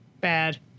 Bad